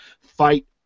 fight